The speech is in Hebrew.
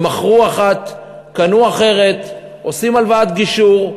הם מכרו אחת, קנו אחרת, עושים הלוואת גישור,